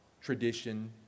tradition